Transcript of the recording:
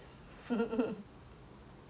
hundred quarter sized horses